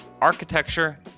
architecture